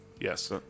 yes